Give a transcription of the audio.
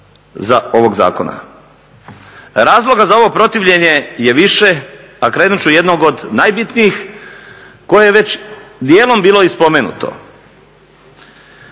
ovoga Zakona. Razloga za ovo protivljenje je više a krenuti ću od jednog od najbitnijih koje je već dijelom bilo i spomenuto